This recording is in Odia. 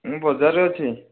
ମୁଁ ବଜାରରେ ଅଛି